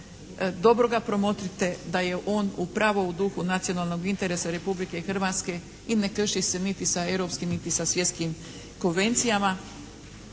Dobro ga promotrite da je on upravo u duhu nacionalnog interesa Republike Hrvatske i ne krši se niti sa europskim niti sa svjetskim konvencijama.